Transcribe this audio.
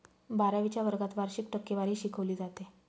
बारावीच्या वर्गात वार्षिक टक्केवारी शिकवली जाते